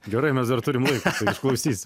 gerai mes dar turim laiko išklausysim